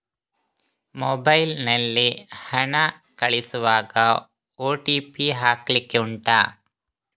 mobile ನಲ್ಲಿ ಹಣ ಕಳಿಸುವಾಗ ಓ.ಟಿ.ಪಿ ಹಾಕ್ಲಿಕ್ಕೆ ಉಂಟಾ